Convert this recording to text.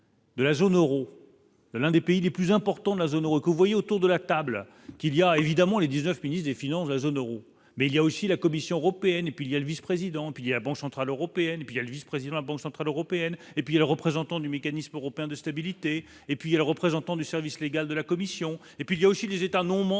De la zone Euro, l'un des pays les plus importants de la zone Euro, que vous voyez autour de la table, qu'il y a évidemment les 19, ministre des Finances de la zone Euro mais il y a aussi la Commission européenne et puis il y a le vice-président qui a Banque Centrale européenne et puis il y a le vice-président la Banque centrale européenne et puis le représentant du mécanisme européen de stabilité et puis il a le représentant du service légal de la commission et puis il y a aussi des États non membres